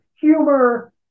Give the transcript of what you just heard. humor